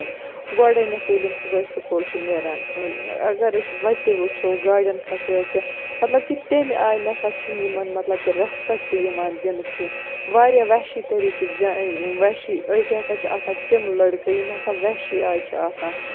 گۄڈٕنیٚتھ ییٚلہِ یِم صبُحے سکوٗل چھِ نیران اَگر أسۍ وَتہِ وُچھو گاڑین کھسو یا کیٚنہہ مطلب کہِ تٔمہِ آیہِ نسا چھِ یِمن مطلب کہِ ریسپیٚکٹ یِوان دِنہٕ کیٚنہہ واریاہ وحشی طریٖقٕکۍ جا وحشی أڈۍ ہسا چھِ آسان تِم لٔڑکہٕ یِم ہسا وحشی آیہِ چھِ آسان